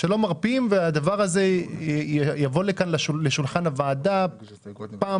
הדבר הזה צריך לבוא לשולחן הוועדה פעם